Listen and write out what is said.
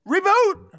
Reboot